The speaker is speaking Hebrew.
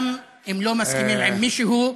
גם אם לא מסכימים עם מישהו,